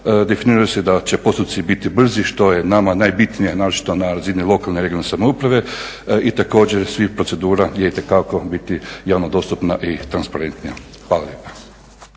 Definira se da će postupci biti brzi, što je nama najbitnije, naročito na razini lokalne i regionalne samouprave i također svih procedura je itekako biti javno dostupna i transparentnija. Hvala